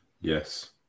Yes